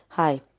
Hi